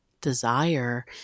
desire